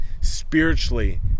spiritually